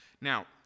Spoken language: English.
Now